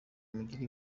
mugire